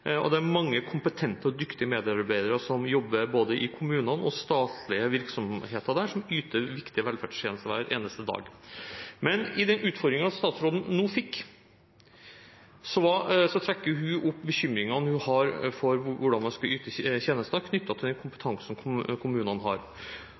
og mange kompetente og dyktige medarbeidere som jobber i både kommuner og statlige virksomheter, og som yter viktige velferdstjenester hver eneste dag. I forbindelse med den utfordringen som statsråden nettopp fikk, trakk hun fram bekymringene hun har for hvordan man skal yte tjenester med den